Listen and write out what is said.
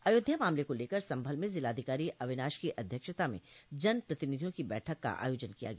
अयोध्या मामले को लेकर संभल में जिलाधिकारी अविनाश की अध्यक्षता में जनप्रतिनिधियों की बैठक का आयोजन किया गया